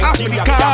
Africa